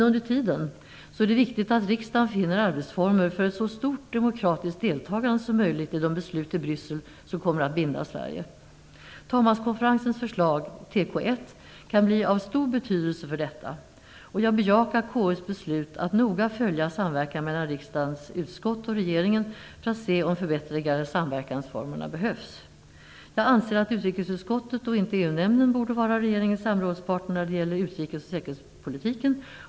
Under tiden är det viktigt att riksdagen finner arbetsformer för ett så stort demokratiskt deltagande som möjligt i de beslut i Bryssel som kommer att binda Sverige. Talmanskonferensens förslag i TK1 kan bli av stor betydelse för detta. Jag bejakar KU:s beslut att noga följa samverkan mellan riksdagens utskott och regeringen för att se om förbättringar i samverkansformerna behövs. Jag anser att utrikesutskottet och inte EU-nämnden borde vara regeringens samrådspartner när det gäller utrikes och säkerhetspolitiken.